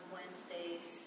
Wednesdays